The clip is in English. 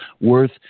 worth